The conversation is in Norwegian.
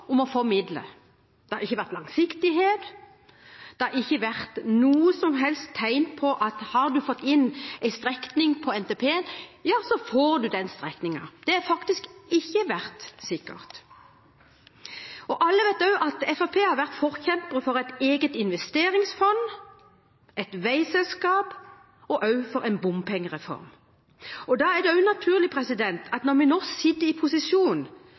om å få midler. Det har ikke vært langsiktighet, det har ikke vært noe som helst tegn på at har man fått inn en strekning i NTP-en, ja, så får man den strekningen. Det har faktisk ikke vært sikkert. Alle vet også at Fremskrittspartiet har vært forkjemper for et eget investeringsfond, et veiselskap og også for en bompengereform. Da er det også naturlig at når vi nå sitter i posisjon,